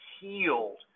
healed